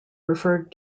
referred